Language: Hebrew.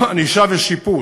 ענישה ושיפוט,